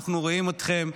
אנחנו רואים אתכם,